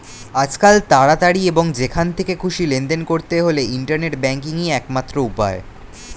আজকাল তাড়াতাড়ি এবং যেখান থেকে খুশি লেনদেন করতে হলে ইন্টারনেট ব্যাংকিংই একমাত্র উপায়